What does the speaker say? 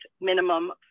minimum